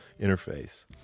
interface